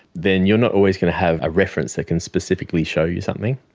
then you're not always going to have a reference that can specifically show you something.